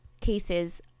cases